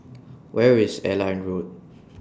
Where IS Airline Road